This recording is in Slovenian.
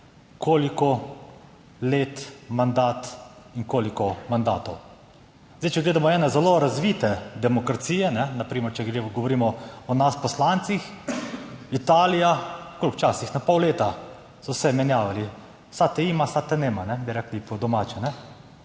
koliko let mandat in koliko mandatov. Če gledamo ene zelo razvite demokracije, na primer če govorimo o nas poslancih, Italija, na koliko včasih? Na pol leta so se menjavali, sad te ima, sad te nema, bi rekli po domače.